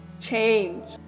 change